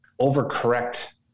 overcorrect